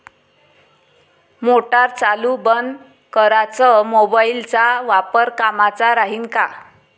Motor चालू बंद कराच मोबाईलचा वापर कामाचा राहीन का?